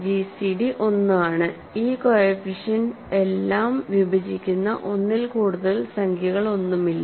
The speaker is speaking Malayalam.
ജിസിഡി 1 ആണ് ഈ കോഎഫിഷ്യന്റ് എല്ലാം വിഭജിക്കുന്ന ഒന്നിൽ കൂടുതലുള്ള സംഖ്യകളൊന്നുമില്ല